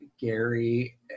Gary